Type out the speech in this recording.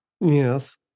Yes